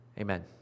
Amen